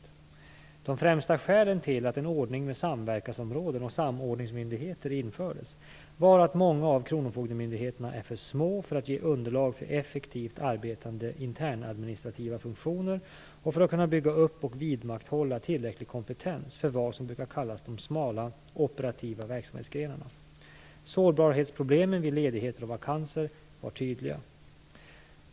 De främsta skälen till att en ordning med samverkansområden och samordningsmyndigheter infördes var att många av kronofogdemyndigheterna är för små för att ge underlag för effektivt arbetande internadministrativa funktioner och för att kunna bygga upp och vidmakthålla tillräcklig kompetens för vad som brukar kallas de smala operativa verksamhetsgrenarna. Sårbarhetsproblemen vid ledigheter och vakanser var tydliga.